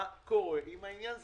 מה קורה עם העניין הזה?